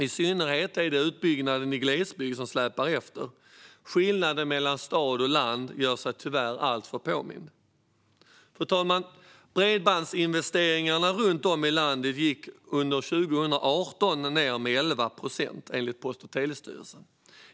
I synnerhet är det utbyggnaden i glesbygd som släpar efter. Skillnaden mellan stad och land gör sig tyvärr alltför påmind. Fru talman! Bredbandsinvesteringarna runt om i landet gick under 2018 ned med 11 procent, enligt Post och telestyrelsen.